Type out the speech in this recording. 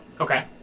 Okay